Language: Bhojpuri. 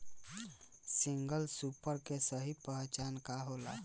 सिंगल सूपर के सही पहचान का होला?